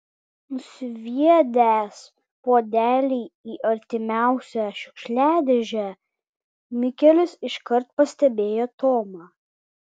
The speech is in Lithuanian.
nusviedęs puodelį į artimiausią šiukšliadėžę mikelis iškart pastebėjo tomą